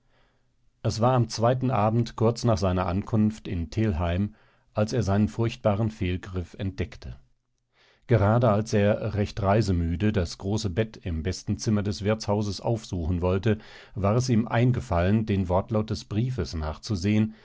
es war am zweiten abend kurz nach seiner ankunft in telheim als er seinen furchtbaren fehlgriff entdeckte gerade als er recht reisemüde das große bett im besten zimmer des wirtshauses aufsuchen wollte war es ihm eingefallen den wortlaut des briefes nachzusehen